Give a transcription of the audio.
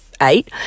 eight